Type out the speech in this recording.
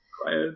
Quiet